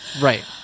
Right